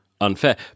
unfair